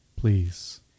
please